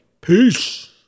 Peace